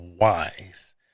wise